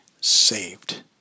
saved